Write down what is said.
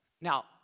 Now